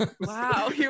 Wow